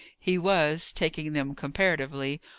he was, taking them comparatively.